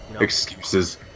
excuses